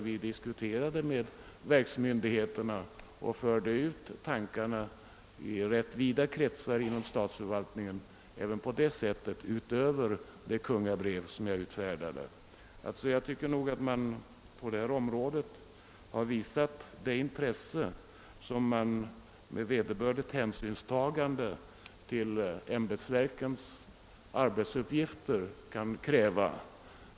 Vi diskuterade problemen med verksmyndigheterna och förde även på detta sätt ut dessa tankar i vida kretsar inom statsförvaltningen. Jag tycker nog att man på detta område har visat det intresse som man med hänsynstagande till ämbetsverkens arbetsuppgifter kan kräva.